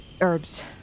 Herbs